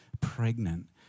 pregnant